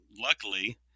luckily